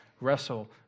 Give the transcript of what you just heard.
wrestle